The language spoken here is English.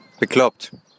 Bekloppt